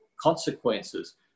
consequences